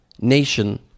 nation